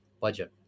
budget